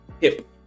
hip